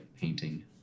painting